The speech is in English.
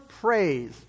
praise